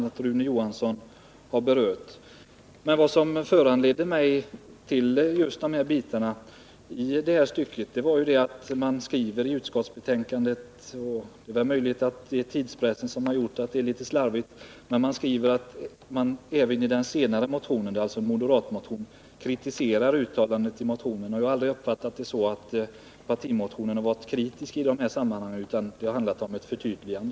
Det är möjligt att det är tidspressen som gjort att det är litet slarvigt skrivet, men utskottet framhåller i betänkandet att även i ”den senare motionen” — därmed avses moderatmotionen — ”kritiseras uttalandet i propositionen att Uddevallavarvet i första hand skall beläggas med de fartygsorder som erhålles”. Jag har aldrig uppfattat den socialdemokratiska partimotionen på det sättet att den varit kritisk i det här sammanhanget utan att det har handlat om ett förtydligande.